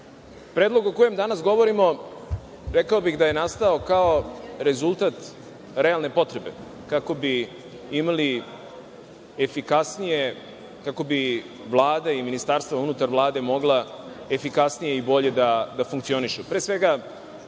sveta. Predlog o kojem danas govorimo rekao bih da je nastao kao rezultat realne potrebe, kako bi imali efikasnije, kako bi Vlada i ministarstva unutar Vlade mogla efikasnije i bolje da funkcionišu. Pre